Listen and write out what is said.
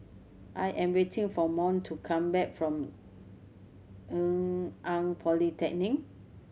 I am waiting for Mont to come back from Polytechnic